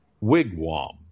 Wigwam